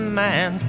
man